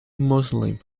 muslim